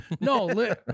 No